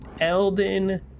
Elden